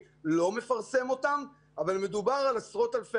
אני מציע שלא נתמקד בנתונים מלפני שמונה